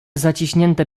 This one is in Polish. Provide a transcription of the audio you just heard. zaciśnięte